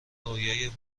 رویای